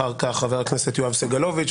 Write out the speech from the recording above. אחר כך חבר הכנסת יואב סגלוביץ'.